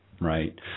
Right